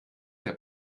der